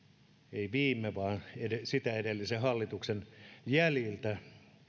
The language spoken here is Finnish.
ei viime vaan sitä edellisen hallituksen jäljiltä